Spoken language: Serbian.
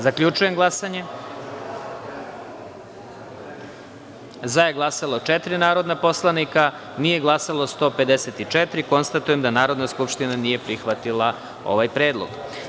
Zaključujem glasanje: za – četiri narodna poslanika, nije glasalo 154 poslanika, te konstatujem da Narodna skupština nije prihvatila ovaj predlog.